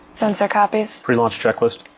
sensor copies. pre-launch checklist.